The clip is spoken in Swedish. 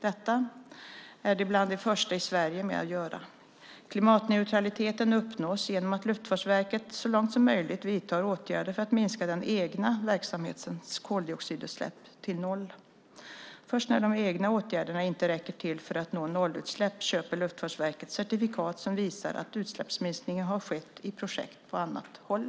Detta är de bland de första i Sverige med att göra. Klimatneutraliteten uppnås genom att Luftfartsverket så långt som möjligt vidtar åtgärder för att minska den egna verksamhetens koldioxidutsläpp till noll. Först när de egna åtgärderna inte räcker till för att nå nollutsläpp köper Luftfartsverket certifikat som visar att utsläppsminskningen har skett i projekt på annat håll.